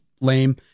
Lame